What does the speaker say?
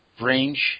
range